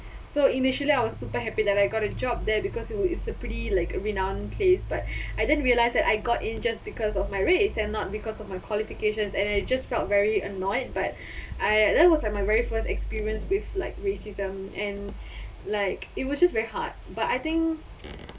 so initially I was super happy that I got a job there because you know it's a pretty like renown place but I didn't realize that I got in just because of my race and not because of my qualifications and I just felt very annoyed but I that was like my very first experience with like racism and like it was just very hard but I think